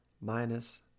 minus